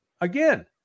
Again